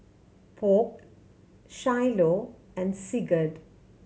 Polk Shiloh and Sigurd